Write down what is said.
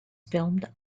filmed